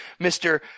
Mr